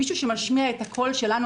מישהו שמשמיע את הקול שלנו,